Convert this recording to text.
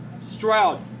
Stroud